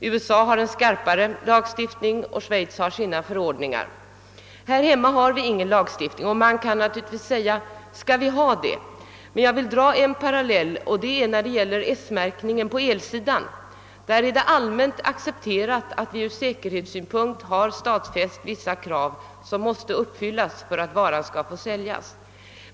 USA har en strängare lagstiftning, och Schweiz har sina förordningar. Här hemma har vi ingen lagstiftning. Skall vi ha det? Jag vill dra en parallell med S-märkningen på elsidan. Det är allmänt accepterat och stadfäst att av säkerhetsskäl vissa krav måste uppfyllas för att en vara skall få säljas.